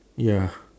ya